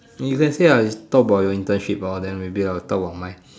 you can say ah talk about your internship ah then maybe I'll talk about mine